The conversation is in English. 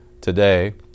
Today